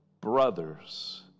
brothers